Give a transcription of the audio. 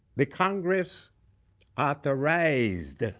the congress authorized